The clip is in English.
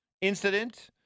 incident